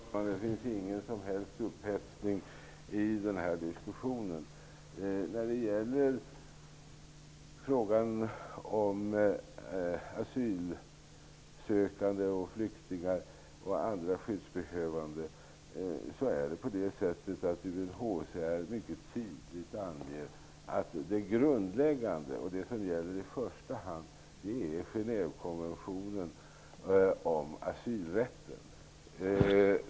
Herr talman! Det finns ingen som helst upphetsning i den här diskussionen. När det gäller frågan om asylsökande, flyktingar och andra skyddsbehövande anger UNHCR mycket tydligt att det grundläggande och det som i första hand gäller är Genèvekonventionen om asylrätten.